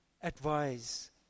advise